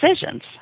decisions